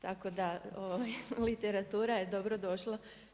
Tako da literatura je dobro došla.